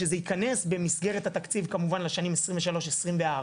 שזה ייכנס במסגרת התקציב לשנים 2023-2024,